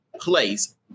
place